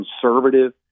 conservative